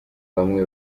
bamwe